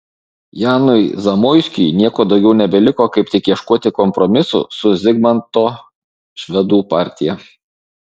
janui zamoiskiui nieko daugiau nebeliko kaip tik ieškoti kompromisų su zigmanto švedų partija